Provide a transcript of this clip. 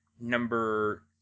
number